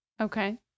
Okay